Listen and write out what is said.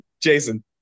Jason